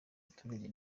abaturage